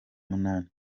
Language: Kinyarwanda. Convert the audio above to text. munani